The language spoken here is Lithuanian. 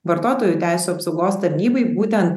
vartotojų teisių apsaugos tarnybai būtent